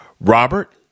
Robert